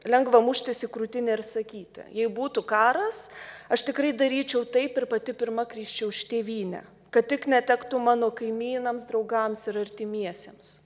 lengva muštis į krūtinę ir sakyti jei būtų karas aš tikrai daryčiau taip ir pati pirma krisčiau už tėvynę kad tik netektų mano kaimynams draugams ir artimiesiems